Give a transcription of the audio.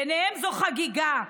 בעיניהם זו חגיגה,